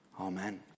Amen